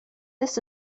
this